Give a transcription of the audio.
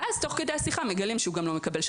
ואז תוך כדי השיחה מתברר שהנער גם לא מקבל נסיעות